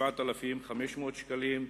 7,500 שקלים.